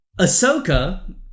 Ahsoka